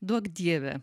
duok dieve